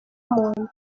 muntu